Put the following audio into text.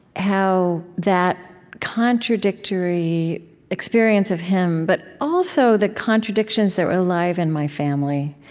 how that contradictory experience of him, but also the contradictions that were alive in my family.